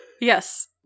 Yes